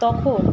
তখন